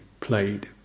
played